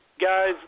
Guys